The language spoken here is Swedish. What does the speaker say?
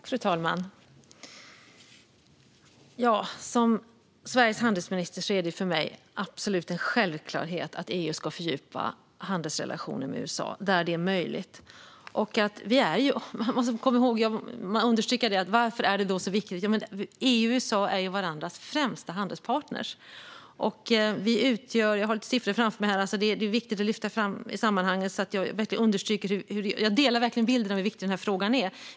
Fru talman! För mig som Sveriges handelsminister är det en absolut självklarhet att EU ska fördjupa handelsrelationen med USA där detta är möjligt. Man måste understryka detta: Varför är det så viktigt? EU och USA är varandras främsta handelspartner. Jag har siffror framför mig här, som är viktiga att lyfta fram i sammanhanget för att verkligen understryka att jag delar bilden av hur viktig denna fråga är.